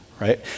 right